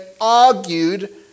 argued